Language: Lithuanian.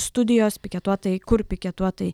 studijos piketuotojai kur piketuotojai